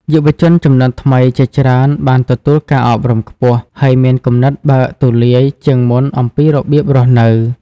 យុវជនជំនាន់ថ្មីជាច្រើនបានទទួលការអប់រំខ្ពស់ ហើយមានគំនិតបើកទូលាយជាងមុនអំពីរបៀបរស់នៅ។